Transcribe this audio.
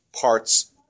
parts